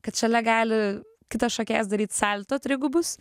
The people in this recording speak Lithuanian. kad šalia gali kitas šokėjas daryt salto trigubus